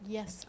Yes